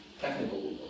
technical